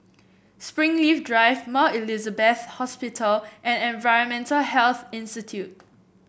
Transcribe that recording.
Springleaf Drive Mount Elizabeth Hospital and Environmental Health Institute